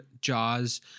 Jaws